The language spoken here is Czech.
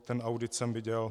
Ten audit jsem viděl.